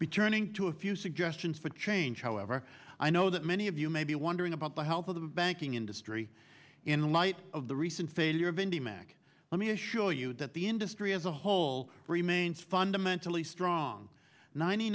be turning to a few suggestions for change however i know that many of you may be wondering about the health of the banking industry in light of the recent failure of indy mac let me assure you that the industry as a whole remains fundamentally strong ninety